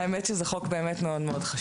האמת היא שזה חוק מאוד חשוב.